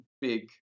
big